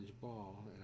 ball